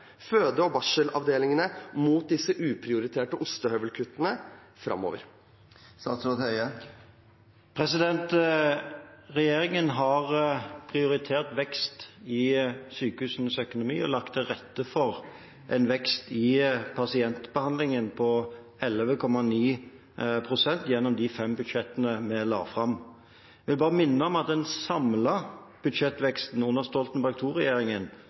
føde- og barselavdelingene mot disse uprioriterte ostehøvelkuttene framover. Regjeringen har prioritert vekst i sykehusenes økonomi og lagt til rette for en vekst i pasientbehandlingen på 11,9 pst. gjennom de fem budsjettene vi har lagt fram. Jeg vil bare minne om at den samlede budsjettveksten under Stoltenberg